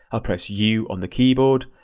ah press u on the keyboard,